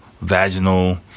vaginal